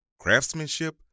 craftsmanship